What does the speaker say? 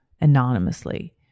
anonymously